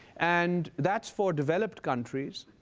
and that's for developed countries.